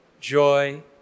joy